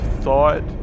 thought